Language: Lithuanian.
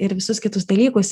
ir visus kitus dalykus